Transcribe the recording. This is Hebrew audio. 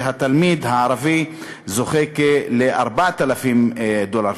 ותלמיד ערבי זוכה לכ-4,000 דולר.